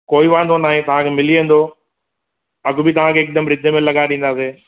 कोई वांदो नाहे तव्हांखे मिली वेंदो अघु बि तव्हांखे हिकदमि रीजनेबल लॻाए ॾींदासीं